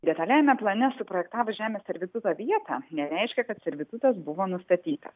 detaliajame plane suprojektavus žemės servituto vietą nereiškia kad servitutas buvo nustatytas